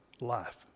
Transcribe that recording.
life